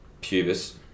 pubis